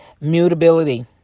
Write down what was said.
Mutability